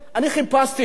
אני חיפשתי,